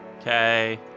okay